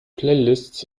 playlists